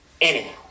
Anyhow